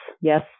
Yes